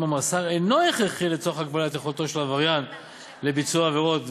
המאסר אינו הכרחי לצורך הגבלת יכולתו של העבריין לבצע עבירות,